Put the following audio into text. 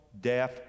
deaf